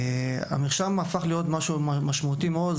המרשם הפך להיות משהו משמעותי מאוד.